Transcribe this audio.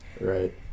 Right